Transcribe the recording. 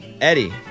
Eddie